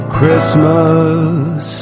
Christmas